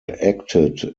acted